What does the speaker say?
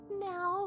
now